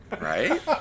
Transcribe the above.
Right